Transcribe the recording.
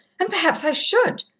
and perhaps i should.